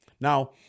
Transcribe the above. Now